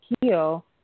heal